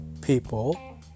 people